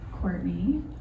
Courtney